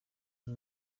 iyi